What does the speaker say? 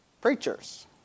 preachers